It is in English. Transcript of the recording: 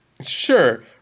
Sure